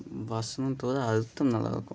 வசனத்தோடு அர்த்தம் நல்லாயிருக்கும்